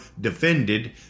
defended